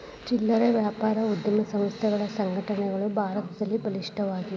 ಚಿಲ್ಲರೆ ವ್ಯಾಪಾರ ಉದ್ಯಮ ಸಂಸ್ಥೆಗಳು ಸಂಘಟನೆಗಳು ಭಾರತದಲ್ಲಿ ಬಲಿಷ್ಠವಾಗಿವೆ